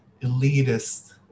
elitist